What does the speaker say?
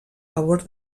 favor